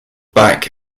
back